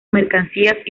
mercancías